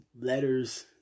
letters